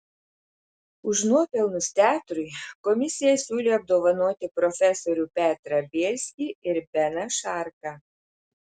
už nuopelnus teatrui komisija siūlė apdovanoti profesorių petrą bielskį ir beną šarką